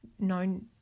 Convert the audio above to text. known